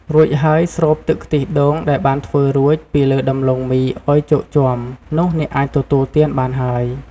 រួចហើយ ស្រូបទឹកខ្ទិះដូងដែលបានធ្វើរួច ពីលើដំឡូងមីឱ្យជោគជាំ នោះអ្នកអាចទទួលទានបានហើយ។